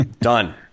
Done